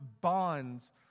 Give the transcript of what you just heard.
bonds